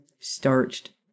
starched